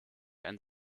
ein